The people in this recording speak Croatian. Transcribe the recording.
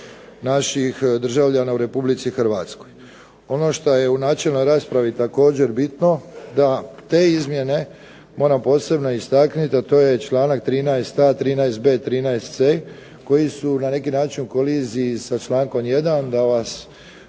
naših državljana u RH. Ono što je u načelnoj raspravi također bitno da te izmjene, moram posebno istaknuti, a to je čl. 13. stavak 13b, 13c koji su na neki način u koliziji sa čl. 1. da vas puno